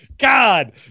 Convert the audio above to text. God